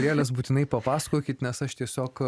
lėles būtinai papasakokit nes aš tiesiog